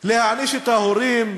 להעניש את ההורים,